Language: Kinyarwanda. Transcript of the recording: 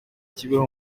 kibeho